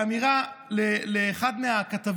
את השניות האחרונות לאמירה לאחד הכתבים